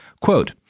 Quote